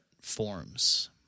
forms